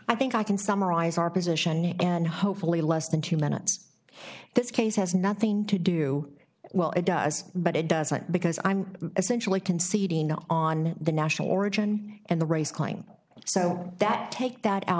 i think i can summarize our position and hopefully less than two minutes this case has nothing to do well it does but it doesn't because i'm essentially conceding on the national origin and the race crime so that take that out